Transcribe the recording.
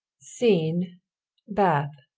scene bath.